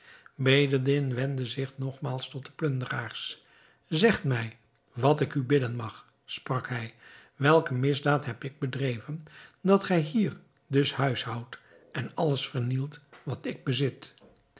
bedreddin wendde zich nogmaals tot de plunderaars zegt mij wat ik u bidden mag sprak hij welke misdaad heb ik bedreven dat gij hier dus huishoudt en alles vernielt wat ik bezit